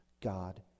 God